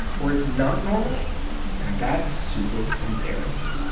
or it's not normal and that's super embarrassing.